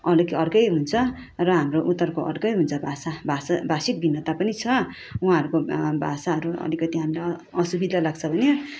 अलिक अर्कै हुन्छ र हाम्रो उत्तरको अर्कै हुन्छ भाषा भाषा भाषिक भिन्नता पनि छ उहाँहरूको भाषाहरू अलिकति हामीलाई असुविदा लाग्छ भने